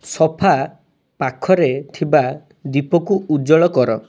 sofa ପାଖରେ ଥିବା ଦୀପକୁ ଉଜ୍ଜ୍ୱଳ କର